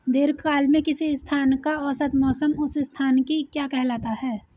दीर्घकाल में किसी स्थान का औसत मौसम उस स्थान की क्या कहलाता है?